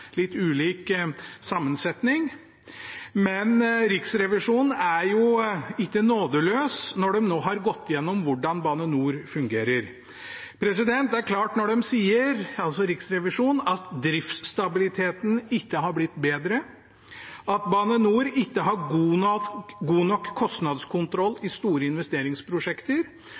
litt ulik sammensetning, men Riksrevisjonen er ikke nådeløs når de nå har gått gjennom hvordan Bane NOR fungerer. Det er klart at når Riksrevisjonen sier at driftsstabiliteten ikke har blitt bedre, at Bane NOR ikke har god nok kostnadskontroll i store investeringsprosjekter,